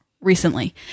recently